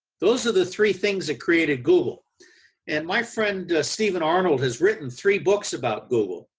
those are the three things that created google and my friend stephen arnold has written three books about google.